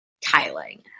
tiling